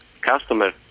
customer